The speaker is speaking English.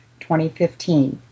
2015